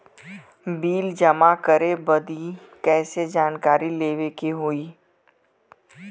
Bill जमा करे बदी कैसे जानकारी लेवे के होई?